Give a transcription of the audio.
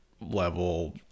level